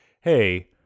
hey